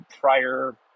prior